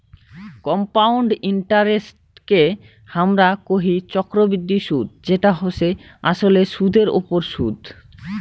compound ইন্টারেস্টকে হামরা কোহি চক্রবৃদ্ধি সুদ যেটা হসে আসলে সুদের ওপর সুদ